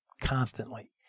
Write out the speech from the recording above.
constantly